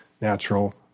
natural